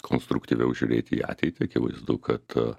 konstruktyviau žiūrėti į ateitį akivaizdu kad